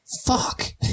Fuck